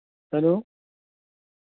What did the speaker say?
hello